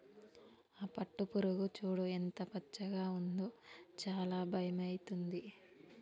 ఆ పట్టుపురుగు చూడు ఎంత పచ్చగా ఉందో చాలా భయమైతుంది